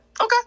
Okay